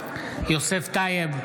יוסף טייב,